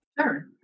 Sure